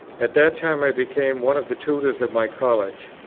at that time i became one of the tutors of my college,